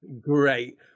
Great